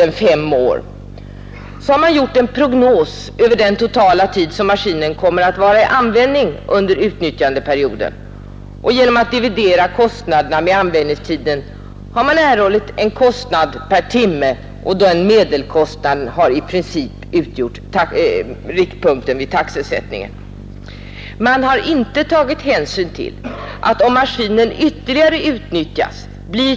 Därefter har man gjort en prognos över den totala tid maskinen kommer att vara i användning under utnyttjandeperioden, och genom att dividera kostnaderna med användningstiden har man fått en kostnad per timme. Den medelkostnaden har i 63 princip utgjort riktpunkter vid taxesättningen. Man har inte tagit hänsyn till att